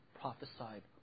prophesied